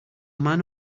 man